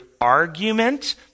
argument